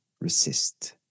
resist